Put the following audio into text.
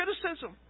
criticism